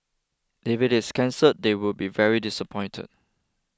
if it is cancelled they would be very disappointed